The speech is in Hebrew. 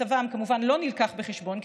מצבם כמובן לא נלקח בחשבון,